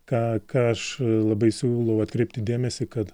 ką ką aš labai siūlau atkreipti dėmesį kad